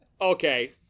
Okay